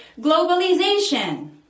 globalization